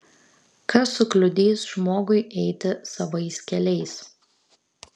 kas sukliudys žmogui eiti savais keliais